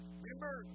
Remember